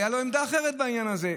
הייתה לו עמדה אחרת בעניין זה,